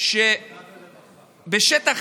בשטח